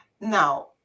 Now